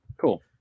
Cool